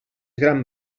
gran